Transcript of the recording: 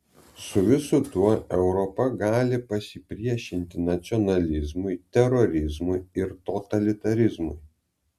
su visu tuo europa gali pasipriešinti nacionalizmui terorizmui ir totalitarizmui